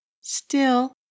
Still